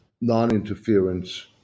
non-interference